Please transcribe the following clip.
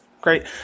Great